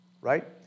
right